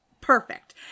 perfect